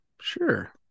sure